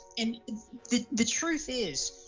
and the the truth is,